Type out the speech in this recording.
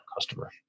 customer